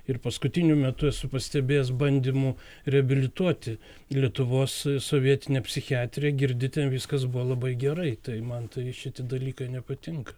ir paskutiniu metu esu pastebėjęs bandymų reabilituoti lietuvos sovietinę psichiatriją girdi ten viskas buvo labai gerai tai man tai šitie dalykai nepatinka